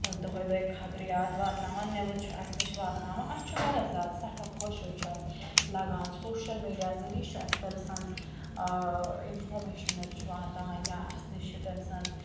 دۄہَے دۄہے خبرِیات واتناوان نِوٕز چھِ اَسہِ نِش واتناوان اَسہِ چھُ واریاہ زیادٕ سٮ۪ٹھاہ خوش حظ چھُ اَسہِ لَگان سوشَل میٖڈیا ذٔریعہِ چھُ اَسہِ تٔمۍ سٕنٛز اِنفارمیشَن حظ چھُ واتان یا اَسہِ نِش چھِ تٔمۍ سٕنٛز